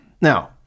Now